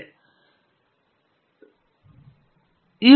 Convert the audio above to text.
ಆದ್ದರಿಂದ ಸುರಕ್ಷತಾ ಕನ್ನಡಕಗಳು ಕೇವಲ ಜೋಡಿ ಜೋಡಿಗಳಿಂದ ಭಿನ್ನವಾಗಿರುತ್ತವೆ